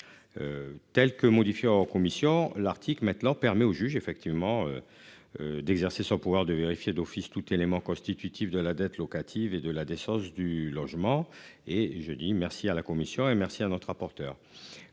Telle que modifiée en commission l'Arctique maintenant permet au juge effectivement. D'exercer son pouvoir de vérifier d'office tout élément constitutif de la dette locative et de la décence du logement et je dis merci à la commission et merci à notre rapporteur.